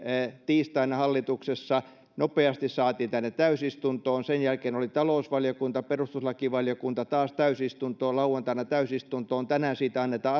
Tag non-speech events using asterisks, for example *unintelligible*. tiistaina hallituksessa nopeasti saatiin tänne täysistuntoon sen jälkeen oli talousvaliokunta perustuslakivaliokunta taas täysistuntoon lauantaina täysistuntoon tänään siitä annetaan *unintelligible*